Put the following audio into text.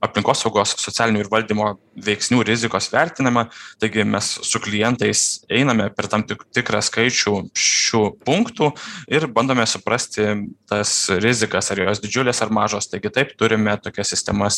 aplinkosaugos socialinių ir valdymo veiksnių rizikos vertinama taigi mes su klientais einame per tam tik tikrą skaičių šių punktų ir bandome suprasti tas rizikas ar jos didžiulės ar mažos taigi taip turime tokias sistemas